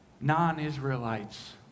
non-Israelites